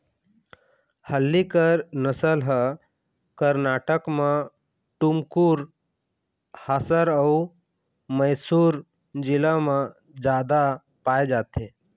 हल्लीकर नसल ह करनाटक म टुमकुर, हासर अउ मइसुर जिला म जादा पाए जाथे